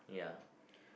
ya